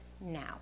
now